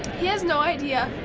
he has no idea.